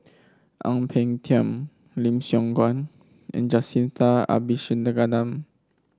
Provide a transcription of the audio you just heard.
Ang Peng Tiam Lim Siong Guan and Jacintha Abisheganaden